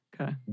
Okay